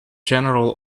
general